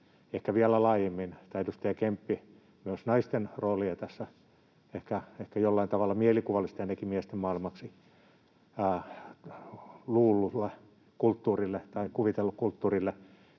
ehkä vielä laajemmin tuoda esiin myös naisten roolia tässä ehkä jollain tavalla, mielikuvallisesti ainakin, miesten maailmaksi luullussa tai kuvitellussa kulttuurissa.